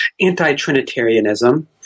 anti-Trinitarianism